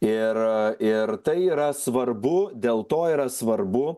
ir ir tai yra svarbu dėl to yra svarbu